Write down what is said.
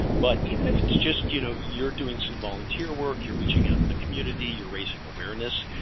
but even if it's just, you know, you're doing some volunteer work, you're reaching out to the community, you're raising awareness,